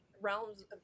realms